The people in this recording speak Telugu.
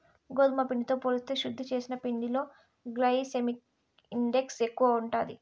గోధుమ పిండితో పోలిస్తే శుద్ది చేసిన పిండిలో గ్లైసెమిక్ ఇండెక్స్ ఎక్కువ ఉంటాది